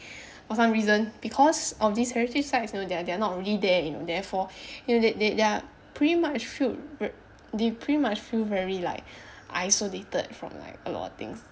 for some reason because of these heritage sites you know they are they are not really there you know and therefore you know th~ th~ they pretty much felt v~ they pretty much feel very like isolated from like a lot of things